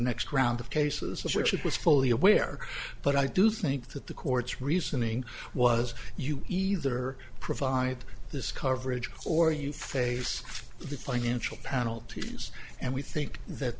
next round of cases in which it was fully aware but i do think that the court's reasoning was you either provide this coverage or you face the financial penalties and we think that